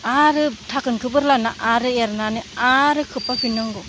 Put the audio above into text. आरो धाकोनखौ बोरलाना आरो एरनानै आरो खोबहाबफिननांगौ